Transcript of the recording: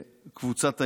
קבוצת היריב.